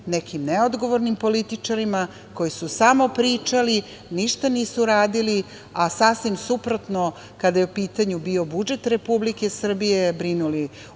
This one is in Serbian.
nekim neodgovornim političarima koji su samo pričali, ništa nisu radili, a sasvim suprotno kada je bio u pitanju budžet Republike Srbije brinuli o njemu